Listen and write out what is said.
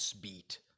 beat